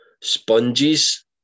sponges